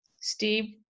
Steve